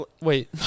Wait